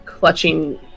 clutching